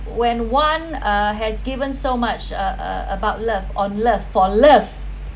when one uh has given so much a~ a~ about love on love for love